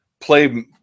play